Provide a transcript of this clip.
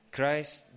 Christ